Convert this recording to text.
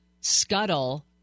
scuttle